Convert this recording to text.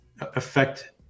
affect